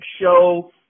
show